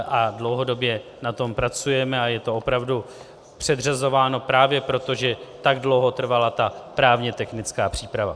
A dlouhodobě na tom pracujeme a je to opravdu předřazováno právě proto, že tak dlouho trvala ta právně technická příprava.